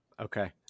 Okay